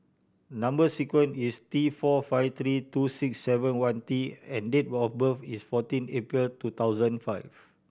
number sequence is T four five three two six seven one T and date of birth is fourteen April two thousand five